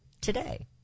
today